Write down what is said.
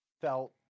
felt